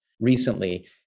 recently